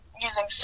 using